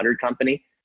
company